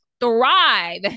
thrive